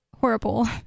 horrible